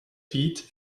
feet